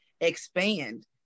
expand